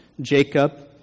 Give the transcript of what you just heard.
Jacob